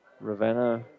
Ravenna